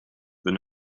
then